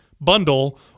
bundle